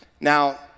Now